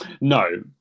No